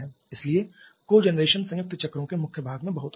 इसीलिए कोजनरेशन संयुक्त चक्रों के मुख्य भाग में बहुत अधिक है